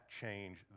change